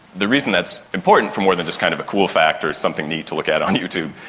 the reason that's important for more than just kind of a cool factor, something neat to look at on youtube,